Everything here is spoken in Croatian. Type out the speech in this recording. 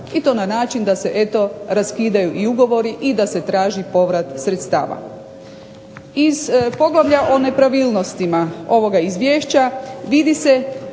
i to na način da se raskidaju ugovori i da se traži povrat sredstava. Iz poglavlja o nepravilnostima ovoga izvješća vidi se